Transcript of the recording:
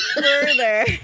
further